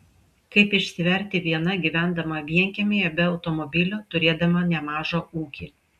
kaip išsiverti viena gyvendama vienkiemyje be automobilio turėdama nemažą ūkį